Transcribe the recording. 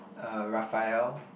uh Raphael